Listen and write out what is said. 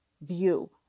view